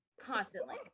constantly